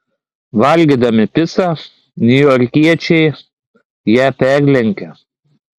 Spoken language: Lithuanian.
valgydami picą niujorkiečiai ją perlenkia